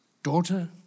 Daughter